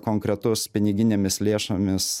konkretus piniginėmis lėšomis